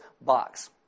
box